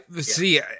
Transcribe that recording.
see